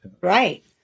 Right